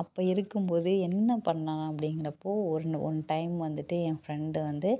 அப்போ இருக்கும் போது என்ன பண்ண அப்படிங்கிறப்போ ஒன்று ஒன் டைம் வந்துட்டு என் ஃப்ரெண்டு வந்து